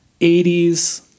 80s